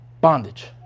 bondage